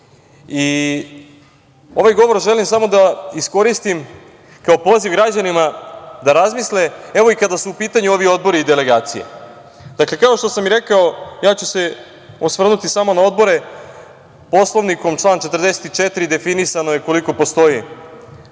govor želim samo da iskoristim kao poziv građanima da razmisle, evo kada su u pitanju ovi odbori i ove delegacije. Kao što sam rekao, ja ću se osvrnuti samo na odbore, Poslovnikom član 44. definisano je koliko postoji